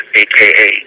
aka